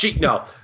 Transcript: No